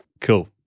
cool